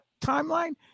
timeline